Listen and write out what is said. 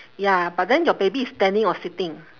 ya but then your baby is standing or sitting